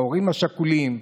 ההורים השכולים.